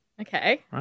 Okay